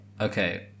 Okay